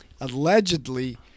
allegedly